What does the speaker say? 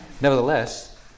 Nevertheless